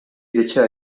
кечээ